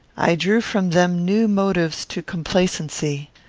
i drew from them new motives to complacency.